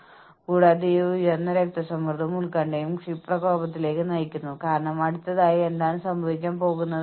എന്നാൽ ദിവസാവസാനം നമ്മൾ ചില ദിവസങ്ങളിൽ യന്ത്രങ്ങളല്ല മറ്റ് ദിവസങ്ങളിൽ നമ്മുടെ ഉൽപ്പാദനക്ഷമത വളരെ ഉയർന്നതായിരിക്കും അതിനാൽ ഞങ്ങൾ ശരാശരി നോക്കുകയാണ്